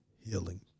healing